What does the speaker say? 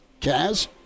Kaz